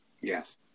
Yes